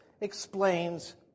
explains